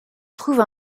trouve